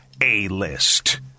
A-List